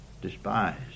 despised